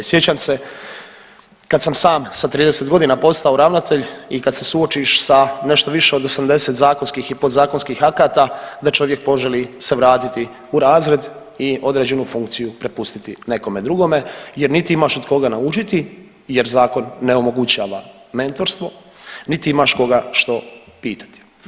Sjećam se kad sam sam sa 30 godina postao ravnatelj i kad se suočiš sa nešto više od 80 zakonskih i podzakonskih akata da čovjek poželi se vratiti u razred i određenu funkciju prepustiti nekome drugome jer niti imaš od koga naučiti jer zakon ne omogućava mentorstvo, niti imaš koga što pitati.